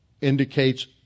indicates